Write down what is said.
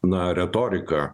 na retorika